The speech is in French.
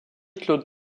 claude